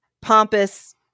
pompous